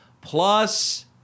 plus